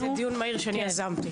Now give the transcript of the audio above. זה דיון מהיר שאני יזמתי.